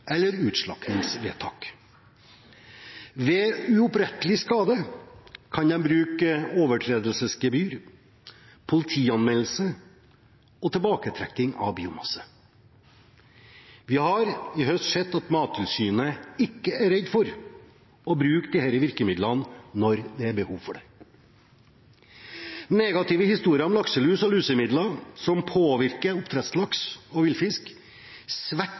eller utslaktingsvedtak. Ved uopprettelig skade kan de bruke overtredelsesgebyr, politianmeldelse og tilbaketrekking av biomasse. Vi har i høst sett at Mattilsynet ikke er redd for å bruke disse virkemidlene når det er behov for det. Negative historier om lakselus og lusemidler som påvirker oppdrettslaks og villfisk,